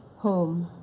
home.